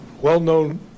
well-known